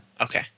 Okay